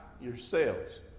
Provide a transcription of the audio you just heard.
yourselves